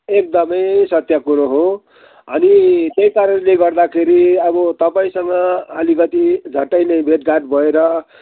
एकदमै सत्य कुरो हो अनि त्यही कारणले गर्दाखेरि अब तपाईँसँग अलिकति झट्टै नै भेटघाट भएर